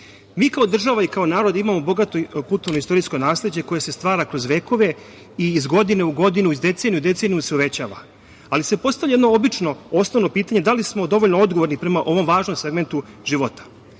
kao država i kao narod imamo bogato kulturno istorijsko nasleđe koje se stvara kroz vekove i iz godine u godinu, iz decenije u deceniju se uvećava. Postavlja se jedno obično, osnovno pitanje, da li smo dovoljno odgovorni prema ovom važnom segmentu